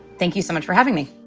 thank you so much for having me.